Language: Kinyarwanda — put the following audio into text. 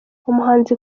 umuhanzi